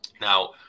now